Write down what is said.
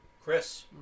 Chris